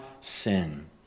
sin